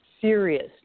serious